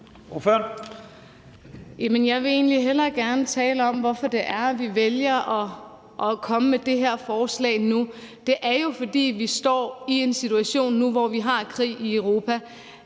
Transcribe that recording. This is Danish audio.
Jeg vil egentlig hellere tale om, hvorfor vi vælger at komme med det her forslag nu. Det er jo, fordi vi står i en situation nu, hvor vi har krig i Europa.